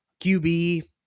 QB